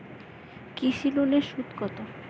কৃষি লোনের সুদ কত?